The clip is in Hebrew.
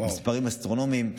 מספרים אסטרונומיים,